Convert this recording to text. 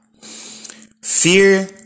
fear